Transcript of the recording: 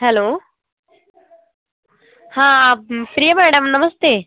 hello हाँ Priya madam नमस्ते